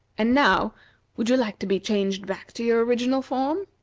and now would you like to be changed back to your original form?